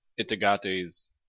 Itagate's